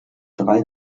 drei